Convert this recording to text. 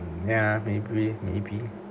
ya maybe maybe